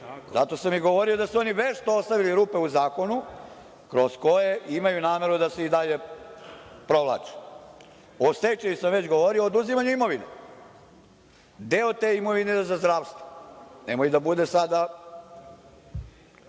Zato sam i govorio da su oni vešto ostavili rupe u zakonu kroz koje imaju nameru da se i dalje provlače.O stečaju sam već govorio. Oduzimanje imovine, deo te imovine ide za zdravstvo. Nemojte da bude sada